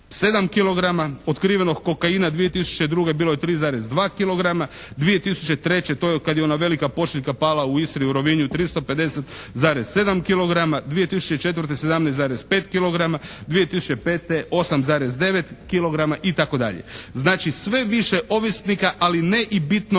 otkrivenog kokaina 2002. bilo je 3,2 kilograma, 2003. to je kada je ona velika pošiljka pala u Istri u Rovinju 350,7 kilograma, 2004. – 17,5 kilograma, 2005. – 8,9 kilograma itd. Znači sve više ovisnika, ali ne i bitno